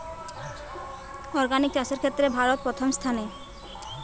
organic চাষের ক্ষেত্রে ভারত প্রথম স্থানে